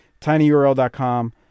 Tinyurl.com